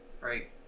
Right